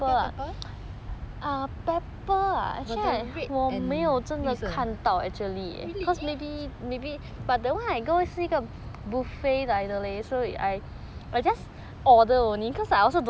bell pepper got the red and 绿色的 really